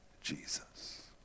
Jesus